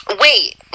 Wait